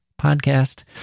podcast